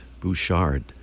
Bouchard